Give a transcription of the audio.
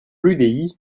l’udi